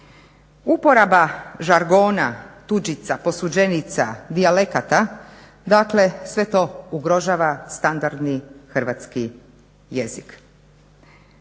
Uporaba žargona, tuđica, posuđenica, dijalekata dakle sve to ugrožava standardni hrvatski jezik.